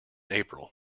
april